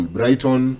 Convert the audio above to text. Brighton